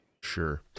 Sure